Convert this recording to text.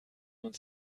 uns